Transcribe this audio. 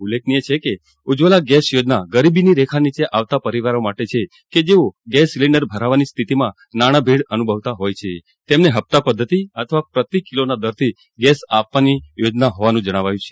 ઉલ્લેખનીય છે કે ઉજ્જવલા ગેસ યોજના ગરીબીની રેખા નીચે આવતા પરિવારો માટે છે કે જેઓ ગેસ સિલિન્ડર ભરાવવાની સ્થિતિમાં નાણાભીડ અનુભવતા હોય છે તેમને હપ્તા પધ્ધતિ આપવા પ્રતિ કિલોના દરથી ગેસ આપવાની યોજના હોવાનું જણાવ્યું છે